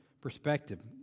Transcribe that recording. perspective